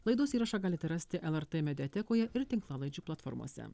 laidos įrašą galite rasti lrt mediatekoje ir tinklalaidžių platformose